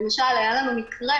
למשל, היה לנו מקרה